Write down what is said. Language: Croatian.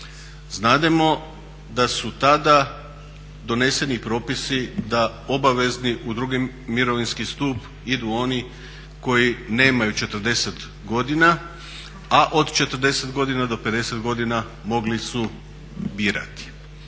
znademo da su tada doneseni propisi da obavezni u drugi mirovinski stup idu oni koji nemaju 40 godina, a od 40 godina do 50 godina mogli su birati.